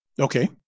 Okay